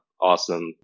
Awesome